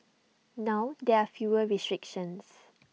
now there are fewer restrictions